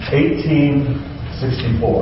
1864